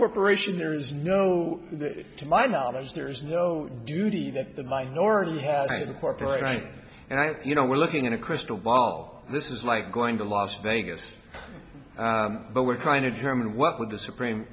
corporation there is no to my knowledge there's no duty that the minority has for play and i you know we're looking in a crystal ball this is like going to las vegas but we're trying to determine what would the supreme